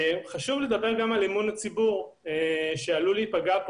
חשוב לדבר גם על אמון הציבור, שעלול להיפגע.